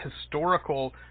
historical